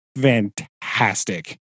fantastic